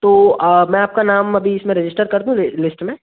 तो मैं आपका नाम अभी इसमें रजिस्टर कर दूँ लिस्ट में